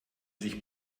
sich